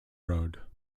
road